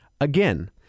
Again